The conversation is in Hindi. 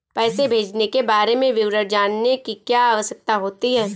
पैसे भेजने के बारे में विवरण जानने की क्या आवश्यकता होती है?